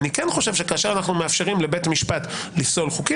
אני כן חושב שכאשר אנחנו מאפשרים לבית משפט לפסול חוקים,